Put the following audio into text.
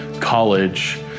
college